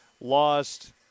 Lost